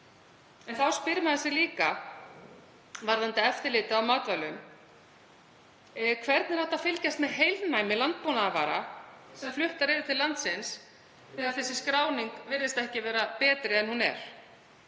En þá spyr maður sig líka varðandi eftirlitið á matvælum: Hvernig er hægt að fylgjast með heilnæmi landbúnaðarvara sem fluttar eru til landsins þegar þessi skráning virðist ekki vera betri en hún er?